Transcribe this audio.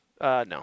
No